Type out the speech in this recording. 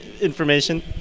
information